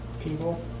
people